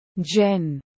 Jen